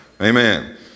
Amen